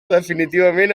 definitivament